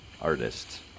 artists